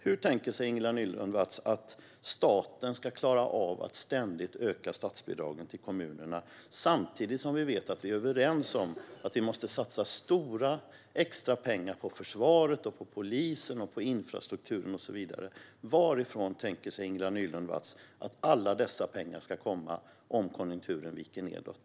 Hur tänker sig Ingela Nylund Watz att staten ska klara av att ständigt öka statsbidragen till kommunerna samtidigt som vi vet att vi är överens om att vi måste satsa stora extra pengar på försvaret, polisen, infrastrukturen och så vidare? Varifrån tänker sig Ingela Nylund Watz att alla dessa pengar ska komma om konjunkturen viker nedåt?